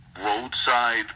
roadside